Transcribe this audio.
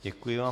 Děkuji vám.